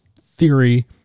theory